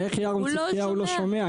איך ירון צדקיהו לא שומע?